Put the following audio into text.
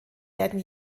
werden